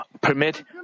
permit